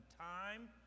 time